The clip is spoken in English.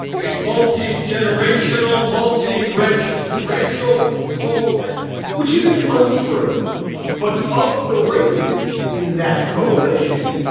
a multi generational, multi reg racial coalition, which is an untrue but of the races in that coalition.